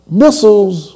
missiles